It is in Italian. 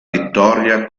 vittoria